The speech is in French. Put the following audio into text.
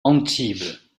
antibes